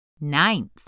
Ninth